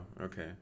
Okay